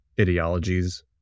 ideologies